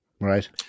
Right